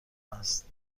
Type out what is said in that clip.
است